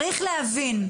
להבין: